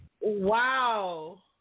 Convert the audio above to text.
Wow